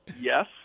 yes